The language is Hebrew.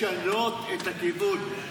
לשנות את הכיוון.